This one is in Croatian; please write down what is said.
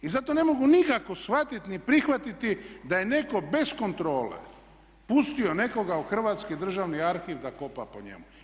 I zato ne mogu nikako shvatit ni prihvatiti da je neko bez kontrole pustio nekoga u Hrvatski državni arhiv da kopa po njemu.